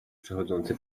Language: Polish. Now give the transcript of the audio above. przechodzący